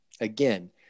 again